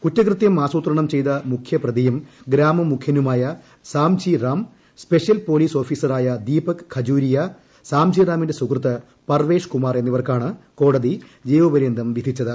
കുറ്റകൃതൃം ആസൂത്രണം ചെയ്ത മുഖ്യ പ്രതിയും ഗ്രാമമുഖ്യനുമായ സാഝി റാം സ്പെഷ്യൽ പൊലീസ് ഓഫീസറായ ദീപക് ഖജൂരിയ സാഝി റാമിന്റെ സുഹൃത്ത് പർവ്വേഷ് കുമാർ എന്നിവർക്കാണ് കോടതി ജീവപര്യന്തം വിധിച്ചത്